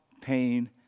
pain